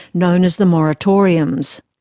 known as the moratoriums.